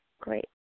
Great